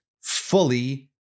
fully